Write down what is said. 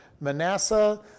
Manasseh